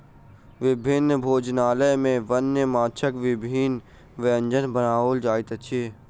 विभिन्न भोजनालय में वन्य माँछक विभिन्न व्यंजन बनाओल जाइत अछि